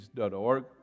org